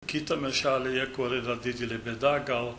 kitame šalyje kuri yra didelė bėda gal